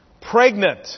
Pregnant